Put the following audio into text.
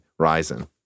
Ryzen